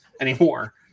anymore